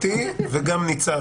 ענת